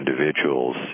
individuals